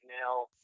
now